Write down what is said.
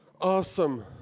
awesome